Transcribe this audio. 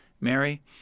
Mary